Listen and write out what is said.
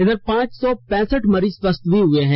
वहीं पांच सौ पैसठ मरीज स्वस्थ भी हुए हैं